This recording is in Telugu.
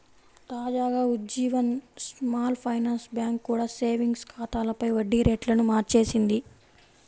తాజాగా ఉజ్జీవన్ స్మాల్ ఫైనాన్స్ బ్యాంక్ కూడా సేవింగ్స్ ఖాతాలపై వడ్డీ రేట్లను మార్చేసింది